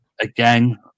Again